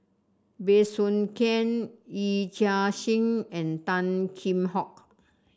Bey Soo Khiang Yee Chia Hsing and Tan Kheam Hock